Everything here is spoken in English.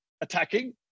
attacking